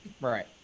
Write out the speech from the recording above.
right